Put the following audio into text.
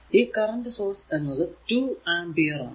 ഈ current source എന്നത് 2 ampere ആണ്